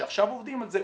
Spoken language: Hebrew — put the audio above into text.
שעכשיו עובדים על זה,